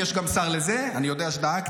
יש גם שר לזה, אני יודע שדאגת.